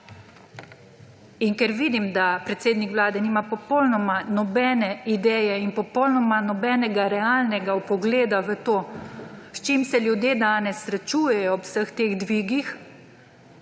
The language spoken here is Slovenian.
In ker vidim, da predsednik Vlade nima popolnoma nobene ideje in popolnoma nobenega realnega vpogleda v to, s čim se ljudje danes srečujejo ob vseh teh dvigih,